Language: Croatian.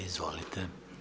Izvolite.